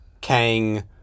kang